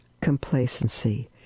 complacency